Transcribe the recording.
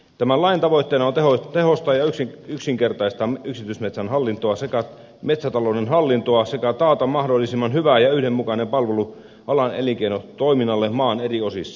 tämän lain tavoitteena on tehostaa ja yksinkertaistaa yksityismetsän hallintoa sekä metsätalouden hallintoa sekä taata mahdollisimman hyvä ja yhdenmukainen palvelu alan elinkeinotoiminnalle maan eri osissa